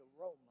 aroma